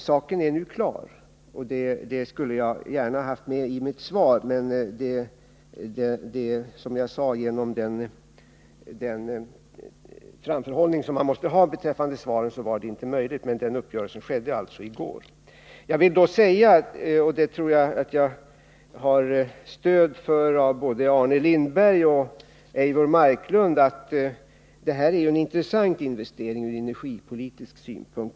Saken är nu klar, och det skulle jag gärna ha haft med i mitt svar, men på grund av den framförhållning som man måste ha beträffande svaren var det inte möjligt. Uppgörelsen skedde alltså i går. Jagtror att jag får stöd av både Arne Lindberg och Eivor Marklund om jag säger att det här är en intressant investering ur energipolitisk synpunkt.